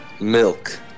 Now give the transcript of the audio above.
Milk